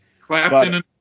Clapton